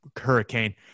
Hurricane